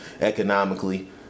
economically